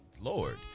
Lord